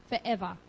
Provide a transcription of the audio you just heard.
forever